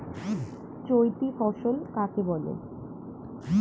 চৈতি ফসল কাকে বলে?